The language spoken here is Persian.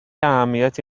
اهمیتی